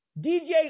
DJ